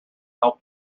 help